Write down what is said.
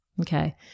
okay